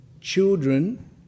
children